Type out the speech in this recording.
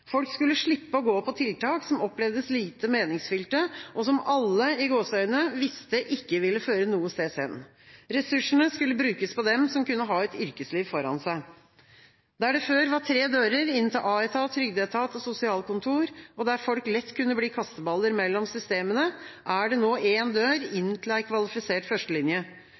Folk skulle slippe å gå på tiltak som opplevdes lite meningsfylte, og som «alle» visste ikke ville føre noenstedshen. Ressursene skulle brukes på dem som kunne ha et yrkesliv foran seg. Der det før var tre dører inn til a-etat, trygdeetat og sosialkontor, og der folk lett kunne bli kasteballer mellom systemene, er det nå én dør – inn til en kvalifisert førstelinje.